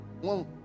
one